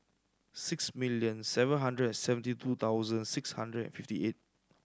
six million seven hundred and seventy two thousand six hundred and fifty eight